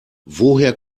woher